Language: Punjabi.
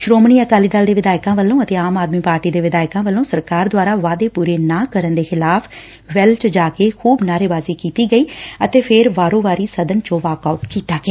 ਸ੍ਰੋਮਣੀ ਅਕਾਲੀ ਦਲ ਦੇ ਵਿਧਾਇਕਾਂ ਵੱਲੋਂ ਅਤੇ ਆਮ ਆਦਮੀ ਪਾਰਟੀ ਦੇ ਵਿਧਾਇਕਾਂ ਵੱਲੋਂ ਸਰਕਾਰ ਦੁਆਰਾ ਵਾਅਦੇ ਪੁਰਾ ਨਾ ਕਰਨ ਦੇ ਖਿਲਾਫ਼ ਵੈਲ ਚ ਜਾ ਕੇ ਖੁਬ ਨਾਅਰੇਬਾਜ਼ੀ ਕੀਤੀ ਗਈ ਅਤੇ ਫੇਰ ਵਾਰੋ ਵਾਰੀ ਸਦਨ ਚੋਂ ਵਾਕ ਆਉਟ ਕੀਤਾ ਗਿਆ